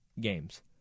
games